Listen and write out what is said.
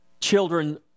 children